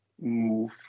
move